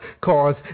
Cause